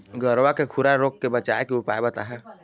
गरवा के खुरा रोग के बचाए के उपाय बताहा?